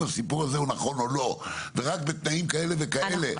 הסיפור הזה הוא נכון או לא ורק בתנאים כאלה וכאלה.